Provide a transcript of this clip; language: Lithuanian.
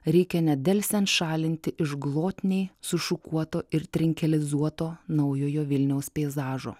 reikia nedelsiant šalinti iš glotniai sušukuoto ir trinkelizuoto naujojo vilniaus peizažo